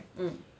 hmm